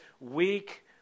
weak